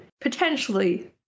potentially